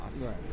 right